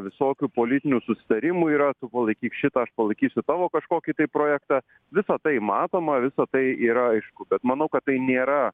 visokių politinių susitarimų yra tu palaikyk šitą aš palaikysiu tavo kažkokį tai projektą visa tai matoma visa tai yra aišku bet manau kad tai nėra